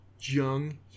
Jung